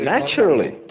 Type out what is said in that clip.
Naturally